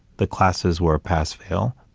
the classes were pass fail.